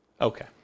Okay